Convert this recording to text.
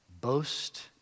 boast